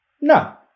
No